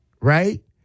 Right